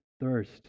thirst